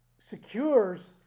secures